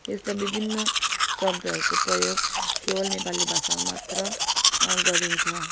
यस्ता विभिन्न शब्दहरूको प्रयोग केवल नेपाली भाषामा मात्र गरिन्छ